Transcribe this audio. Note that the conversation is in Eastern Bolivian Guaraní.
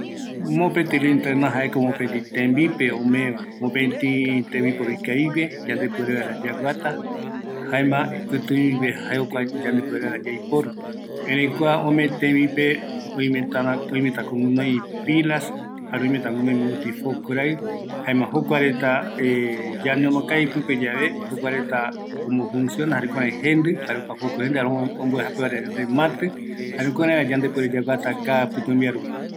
Kua tembipea, jaeko öme vaera tembipe yandeve yaguata vaera pɨtürupi, yaiporu vaera öimeta guinoi pilas, jare foco, jokua mbae ngara ikavi